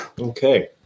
Okay